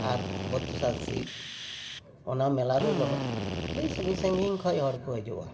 ᱟᱨ ᱵᱚᱛᱨᱤᱥᱟ ᱥᱤᱵᱽ ᱚᱱᱟ ᱢᱮᱞᱟ ᱨᱮᱫᱚ ᱟᱹᱰᱤ ᱥᱟᱺᱜᱤᱧ ᱥᱟᱺᱜᱤᱧ ᱠᱷᱚᱱ ᱦᱚᱲ ᱠᱚ ᱦᱤᱡᱩᱜᱼᱟ